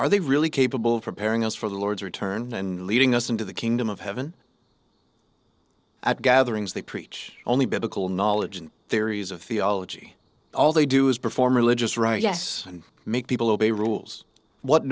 are they really capable of preparing us for the lord's return and leading us into the kingdom of heaven at gatherings they preach only biblical knowledge and theories of theology all they do is perform religious right yes and make people obey rules what